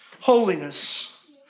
Holiness